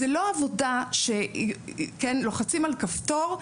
זו לא עבודה שלוחצים על כפתור,